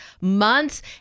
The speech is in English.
months